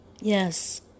Yes